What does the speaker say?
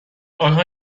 آنها